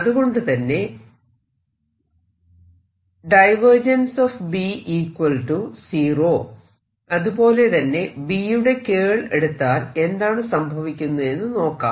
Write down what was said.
അതുകൊണ്ടുതന്നെ അതുപോലെ തന്നെ B യുടെ കേൾ എടുത്താൽ എന്താണ് ലഭിക്കുകയെന്നു നോക്കാം